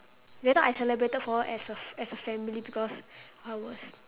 that time I celebrated for her as a f~ as a family because I was